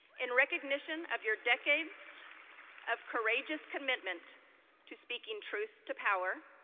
in recognition of your decades of courageous commitment to speaking truth to power,